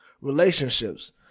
relationships